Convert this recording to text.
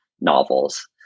novels